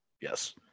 Yes